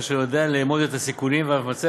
אשר יודע לאמוד את הסיכונים ואף מבצע